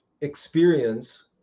experience